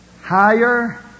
higher